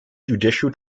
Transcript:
judicial